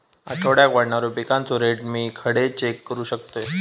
आठवड्याक वाढणारो पिकांचो रेट मी खडे चेक करू शकतय?